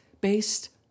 based